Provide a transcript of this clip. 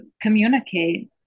communicate